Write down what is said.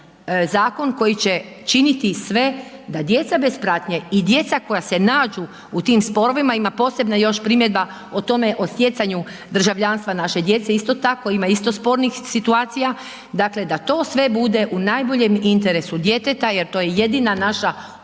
zakon koji će činiti sve da djeca bez pratnje i djeca koja se nađu u tim sporovima, ima posebno još primjedba od tome, o stjecanju državljanstva naše djece, isto tako, ima isto spornih situacija, dakle da to sve bude u najboljem interesu djeteta jer to je jedina naša